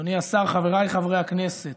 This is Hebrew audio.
אדוני השר, חבריי חברי הכנסת,